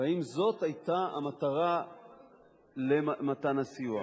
ואם זאת היתה המטרה של מתן הסיוע.